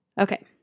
Okay